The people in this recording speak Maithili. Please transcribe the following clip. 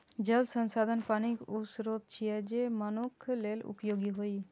जल संसाधन पानिक ऊ स्रोत छियै, जे मनुक्ख लेल उपयोगी होइ